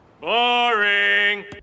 Boring